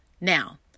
Now